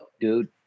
dude